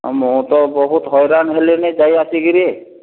ମୁଁ ତ ବହୁତ୍ ହଇରାଣ ହେଲିଣି ଯାଇ ଆସିକିରି